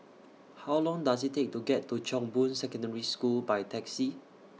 How Long Does IT Take to get to Chong Boon Secondary School By Taxi